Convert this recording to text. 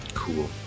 cool